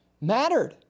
mattered